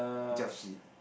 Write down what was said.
Jobstreet